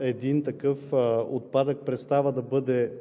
Един такъв отпадък престава да бъде